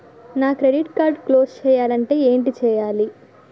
నా credit card close చేయాలంటే ఏంటి చేయాలి?